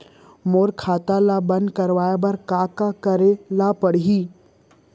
मोर खाता ल बन्द कराये बर का का करे ल पड़ही?